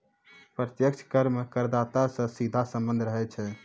प्रत्यक्ष कर मे करदाता सं सीधा सम्बन्ध रहै छै